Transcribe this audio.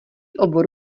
obor